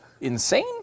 insane